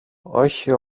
όχι